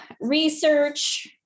research